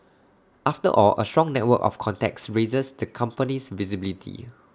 after all A strong network of contacts raises the company's visibility